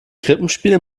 krippenspiel